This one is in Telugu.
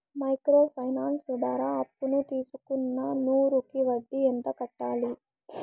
మైక్రో ఫైనాన్స్ ద్వారా అప్పును తీసుకున్న నూరు కి వడ్డీ ఎంత కట్టాలి?